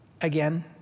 Again